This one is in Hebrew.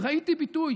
ראיתי ביטוי